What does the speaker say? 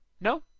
No